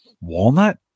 walnut